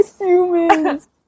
Humans